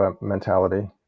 mentality